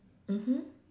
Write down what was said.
mmhmm